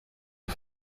you